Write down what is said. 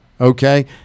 okay